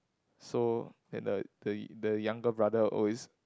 so and the the the younger brother always